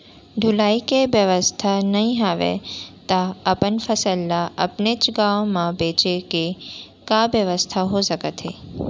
ढुलाई के बेवस्था नई हवय ता अपन फसल ला अपनेच गांव मा बेचे के का बेवस्था हो सकत हे?